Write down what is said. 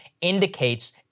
indicates